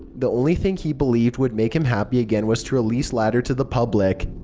the only thing he believed would make him happy again was to release ladder to the public.